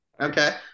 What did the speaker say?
Okay